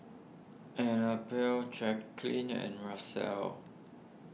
Annabelle Jaclyn and Russell